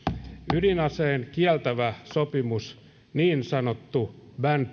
ydinaseen kieltävän sopimuksen niin sanotun ban